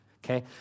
Okay